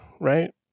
Right